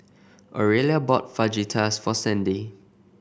Aurelia bought Fajitas for Sandy